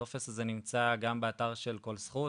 הטופס הזה נמצא גם באתר של 'כל זכות',